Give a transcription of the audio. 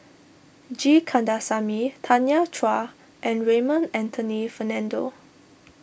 G Kandasamy Tanya Chua and Raymond Anthony Fernando